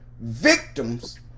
victims